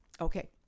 Okay